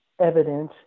evidence